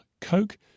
Coke